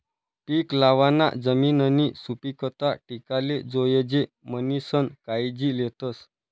पीक लावाना जमिननी सुपीकता टिकाले जोयजे म्हणीसन कायजी लेतस